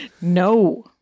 No